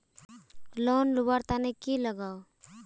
Loan लुवा र तने की लगाव?